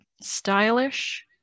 stylish